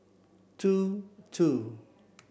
two two